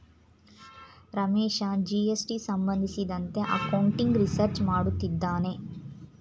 Ramesh GST ಸಂಬಂಧಿಸಿದಂತೆ accounting research ಮಾಡುತ್ತಿದ್ದಾನೆ